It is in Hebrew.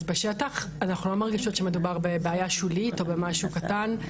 אז בשטח אנחנו לא מרגישות שמדובר בבעיה שולית או במשהו קטן,